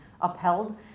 upheld